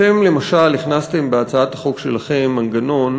אתם, למשל, הכנסתם בהצעת החוק שלכם מנגנון